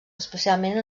especialment